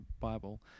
Bible